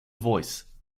voice